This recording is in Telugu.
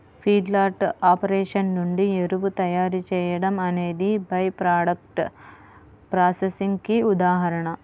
ఫీడ్లాట్ ఆపరేషన్ నుండి ఎరువు తయారీ చేయడం అనేది బై ప్రాడక్ట్స్ ప్రాసెసింగ్ కి ఉదాహరణ